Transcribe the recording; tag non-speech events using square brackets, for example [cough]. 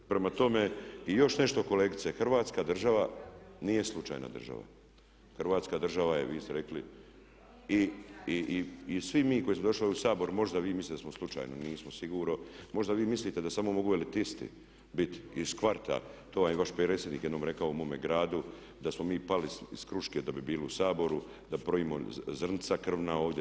Prema tome, i još nešto kolegice, Hrvatska država nije slučajna država, Hrvatska država je, vi ste rekli i svi mi koji smo došli ovdje u Sabor, možda vi mislite da smo slučajno, nismo sigurno, možda vi mislite da smo uveli … [unintelligible] iz kvarta, to vam je vaš predsjednik jednom rekao mome gradu da smo mi pali iz kruške da bi bili u Saboru, da pravimo zrnca krvna ovdje.